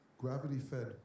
gravity-fed